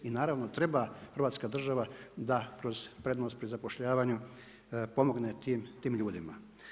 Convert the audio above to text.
I naravno treba Hrvatska država da kroz prednost pri zapošljavanju pomogne tim ljudima.